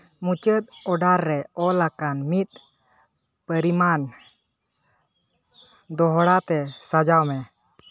ᱢᱩᱪᱟᱹᱫ ᱚᱰᱟᱨᱨᱮ ᱚᱞᱟᱠᱟᱱ ᱢᱤᱫ ᱯᱚᱨᱤᱢᱟᱱ ᱫᱚᱦᱲᱟᱛᱮ ᱥᱟᱡᱟᱣᱢᱮ